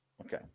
Okay